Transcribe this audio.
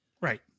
Right